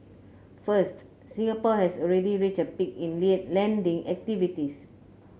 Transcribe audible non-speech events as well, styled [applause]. first Singapore has already reached a peak in [unintelligible] lending activities